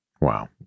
Wow